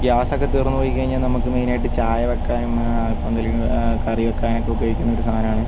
gas ഒക്കെ തീർന്ന് പോയിക്കഴിഞ്ഞാൽ നമുക്ക് മെയിൻ ആയിട്ട് ചായ വെക്കാനും ഇപ്പം എന്തേലും കറി വെക്കാൻ ഒക്കെ ഉപയോഗിക്കുന്ന ഒരു സാധനമാണ്